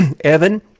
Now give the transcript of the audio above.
Evan